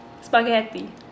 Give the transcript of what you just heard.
Spaghetti